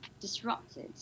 disrupted